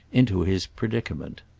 into his predicament.